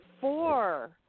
four